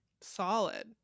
Solid